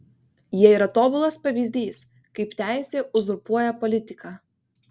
jie yra tobulas pavyzdys kaip teisė uzurpuoja politiką